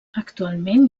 actualment